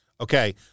Okay